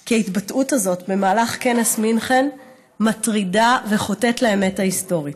כי ההתבטאות הזאת במהלך כנס מינכן מטרידה וחוטאת לאמת ההיסטורית.